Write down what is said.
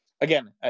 again